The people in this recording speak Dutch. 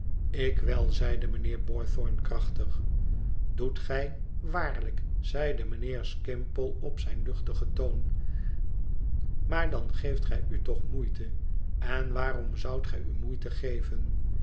ik wel zeide mijnheer boythorn krachtig doet gij waarlijk zeide mijnheer skimpole op zijn luchtigen toon maar dan geeft gij u toch moeite en waarom zoudt gij u moeite geven